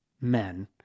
men